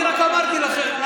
אני רק אמרתי לכם.